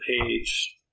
page